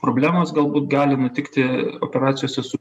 problemos galbūt gali nutikti operacijose su